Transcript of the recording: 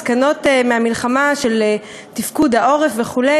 מסקנות מהמלחמה על תפקוד העורף וכו'